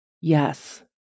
Yes